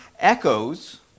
echoes